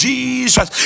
Jesus